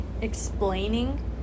explaining